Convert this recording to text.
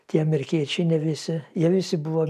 tie amerikiečiai ne visi jie visi buvo